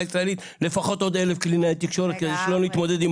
הישראלית לפחות עוד אלף קלינאי תקשורת כדי שלא נתמודד עם